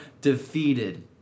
defeated